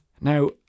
now